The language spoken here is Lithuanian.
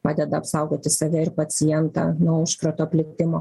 padeda apsaugoti save ir pacientą nuo užkrato plitimo